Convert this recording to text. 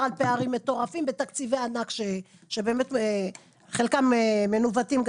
על פערים מטורפים בתקציבי ענק שחלקם מנווטים.